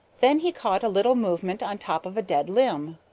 then he caught a little movement on top of a dead limb.